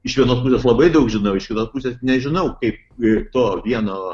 iš vienos pusės labai daug žinau iš kitos pusės nežinau kaip to vieno